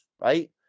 Right